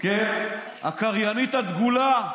הקריינית הדגולה,